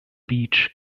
beach